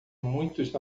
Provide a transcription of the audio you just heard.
muitos